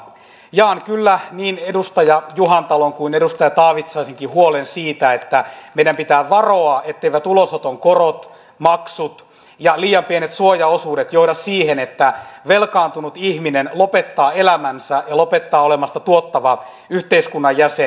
jaan kyllä niin edustaja juhantalon kuin edustaja taavitsaisenkin huolen siitä että meidän pitää varoa etteivät ulosoton korot maksut ja liian pienet suojaosuudet johda siihen että velkaantunut ihminen lopettaa elämänsä ja lopettaa olemasta tuottava yhteiskunnan jäsen